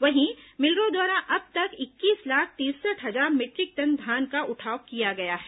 वहीं मिलरों द्वारा अब तक इक्कीस लाख तिरसठ हजार मीट्रि क टन धान का उठाव किया गया है